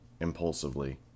impulsively